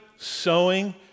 sowing